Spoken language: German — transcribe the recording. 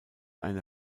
eine